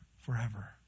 forever